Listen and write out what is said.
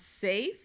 safe